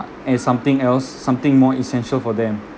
and something else something more essential for them